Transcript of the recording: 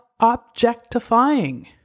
objectifying